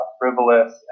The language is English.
frivolous